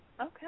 Okay